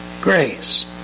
grace